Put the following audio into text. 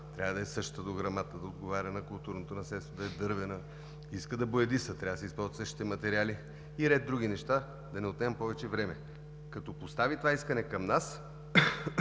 трябва да е същата, да отговаря на културното наследство, да е дървена. Иска да боядиса – трябва да се използват същите материали. И ред други неща – да не отнемам повече време. Като постави това искане към нас,